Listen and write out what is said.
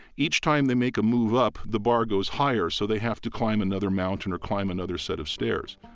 each time they make a move up, the bar goes higher. so they have to climb another mountain or climb another set of stairs.